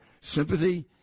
sympathy